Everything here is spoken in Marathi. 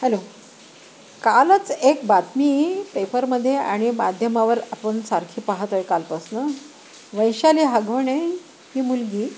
हॅलो कालच एक बातमी पेपरमध्ये आणि माध्यमावर आपण सारखी पाहातोय कालपासनं वैशाली हगवणे ही मुलगी